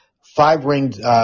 five-ringed